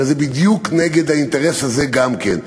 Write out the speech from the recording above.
הרי זה בדיוק נגד האינטרס הזה גם כן.